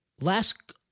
Last